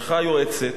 נשלחה יועצת.